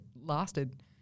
lasted